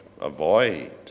avoid